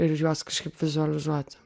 ir juos kažkaip vizualizuoti